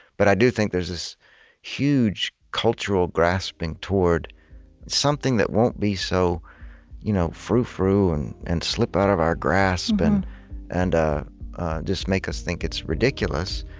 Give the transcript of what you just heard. but i do think there's this huge cultural grasping toward something that won't be so you know froufrou and and slip out of our grasp and and ah just make us think it's ridiculous,